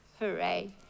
hooray